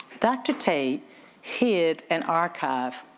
dr. tate hid an archive.